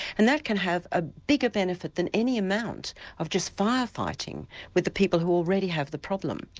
and that can have a bigger benefit than any amount of just fire fighting with the people who already have the problem.